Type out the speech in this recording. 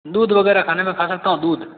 दूध वगैरह खाने में खा सकता हूँ दूध